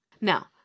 now